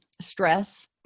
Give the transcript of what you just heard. stress